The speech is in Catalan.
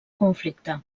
conflicte